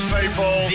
people